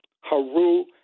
haru